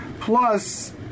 plus